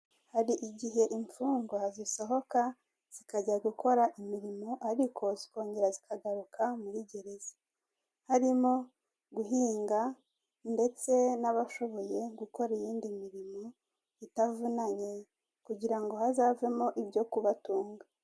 Hari igihe imfungwa zisohoka zikajya gukora imirimo ariko zikongera zikagaruka muri gereza. Harimo guhinga ndetse n'abashoboye gukora iyindi mirimo itavunanye, kugira ngo hazavemo ibishoboye kubatunga.